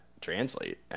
translate